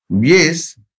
Yes